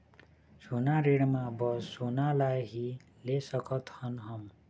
सोना ऋण मा बस सोना ला ही ले सकत हन हम?